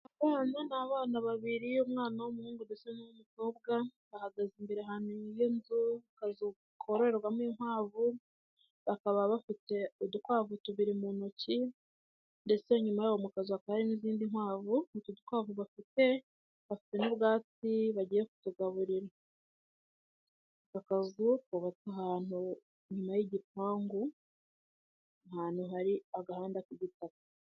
Utwana, ni abana babiri umwana w'umuhungu ndetse n'umukobwa, bahagaze imbere hanyumazu bakakorerwamo inkwavu, bakaba bafite udukwavu tubiri mu ntoki ndetse inyuma y'aho mu kazi, hakaba hari n'izindi nkwavu, udukwavu bafite, bafite ubwatsi bagiye kutugaburira, bahagaze ahantu inyuma y'igipangu, ahantu hari k'igitaka.